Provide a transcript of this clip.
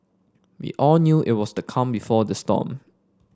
we all knew it was the calm before the storm